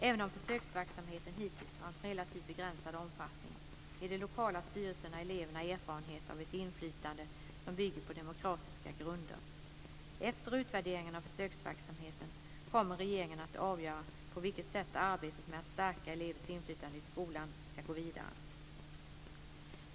Även om försöksverksamheten hittills har en relativt begränsad omfattning ger de lokala styrelserna eleverna erfarenhet av ett inflytande som bygger på demokratiska grunder. Efter utvärderingen av försöksverksamheten kommer regeringen att avgöra på vilket sätt arbetet med att stärka elevers inflytande i skolan ska gå vidare.